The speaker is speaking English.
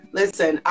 listen